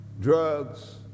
Drugs